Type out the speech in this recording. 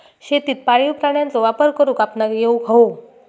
शेतीत पाळीव प्राण्यांचो वापर करुक आपणाक येउक हवो